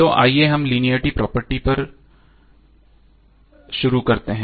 तो आइए हम लीनियरटी प्रॉपर्टी पर शुरू करते हैं